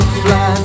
fly